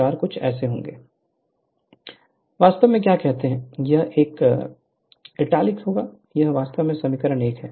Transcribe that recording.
Refer Slide Time 2348 वास्तव में क्या कहते हैं यह एक इटैलिक होगा यह वास्तव में समीकरण 1 है